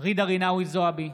ג'ידא רינאוי זועבי,